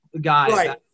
guys